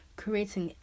creating